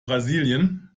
brasilien